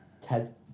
Ted